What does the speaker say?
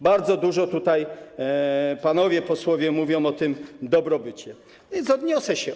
Bardzo dużo tutaj panowie posłowie mówią o tym dobrobycie, więc odniosę się.